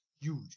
huge